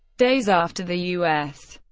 days after the u s.